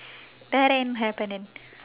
that ain't happening